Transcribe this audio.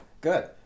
good